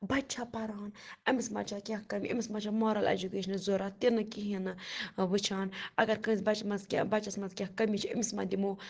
بَچہِ چھا پَران أمِس ما چھا کینٛہہ کٔمی أمِس ما چھا مارٕل اٮ۪جوکیشنٕچ ضوٚرَتھ تہِ نہٕ کِہیٖنۍ نہٕ وٕچھان اگر کٲنٛسہِ بَچہِ منٛز کینٛہہ بَچَس منٛز کینٛہہ کٔمی چھِ أمِس ما دِمو